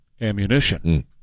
ammunition